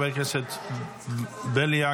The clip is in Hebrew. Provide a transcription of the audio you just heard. חבר הכנסת בליאק,